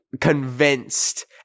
convinced